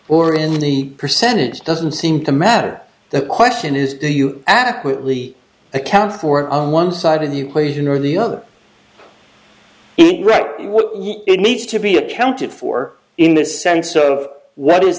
or in any percentage doesn't seem to matter the question is do you adequately account for on one side of the equation or the other what it needs to be accounted for in this sense of what is